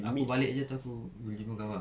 aku balik jer terus aku boleh jumpa kau ah